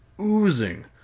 oozing